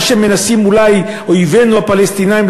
מה שמנסים אולי אויבינו הפלסטינים,